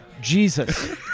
Jesus